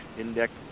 index